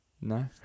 No